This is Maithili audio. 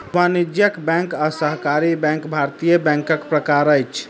वाणिज्य बैंक आ सहकारी बैंक भारतीय बैंकक प्रकार अछि